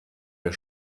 der